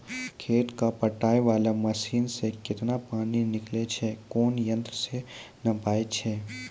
खेत कऽ पटाय वाला मसीन से केतना पानी निकलैय छै कोन यंत्र से नपाय छै